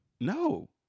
No